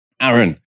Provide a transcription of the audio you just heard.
Aaron